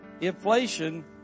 Inflation